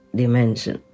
dimension